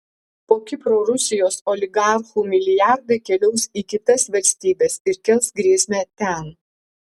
po kipro rusijos oligarchų milijardai keliaus į kitas valstybes ir kels grėsmę ten